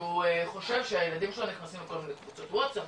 שהוא חושב שהילדים שלו נכנסים לכל מיני ווצאפ,